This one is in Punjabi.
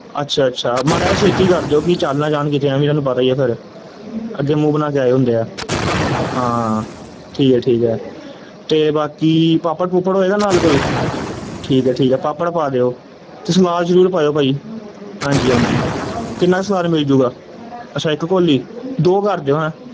ਅੱਛਾ ਅੱਛਾ ਮਾੜਾ ਜਾ ਛੇਤੀ ਕਰ ਦਿਓ ਕਿ ਚਲ ਨਾ ਜਾਣ ਕਿਤੇ ਐਵੇਂ ਹੀ ਤੁਹਾਨੂੰ ਪਤਾ ਹੀ ਹੈ ਫਿਰ ਅੱਗੇ ਮੂੰਹ ਬਣਾ ਕੇ ਆਏ ਹੁੰਦੇ ਆ ਹਾਂ ਠੀਕ ਹੈ ਠੀਕ ਹੈ ਅਤੇ ਬਾਕੀ ਪਾਪੜ ਪੁਪੜ ਹੋਵੇਗਾ ਨਾਲ ਕੋਈ ਠੀਕ ਆ ਠੀਕ ਆ ਪਾਪੜ ਪਾ ਦਿਓ ਅਤੇ ਸਲਾਦ ਜ਼ਰੂਰ ਪਾਇਓ ਭਾਅ ਜੀ ਹਾਂਜੀ ਹਾਂਜੀ ਕਿੰਨਾ ਕੁ ਸਲਾਦ ਮਿਲਜੂਗਾ ਅੱਛਾ ਇੱਕ ਕੋਲੀ ਦੋ ਕਰ ਦਿਓ ਹੈਂ